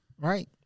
right